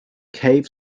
cave